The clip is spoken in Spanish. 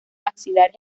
axilares